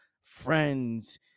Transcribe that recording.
friends